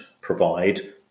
provide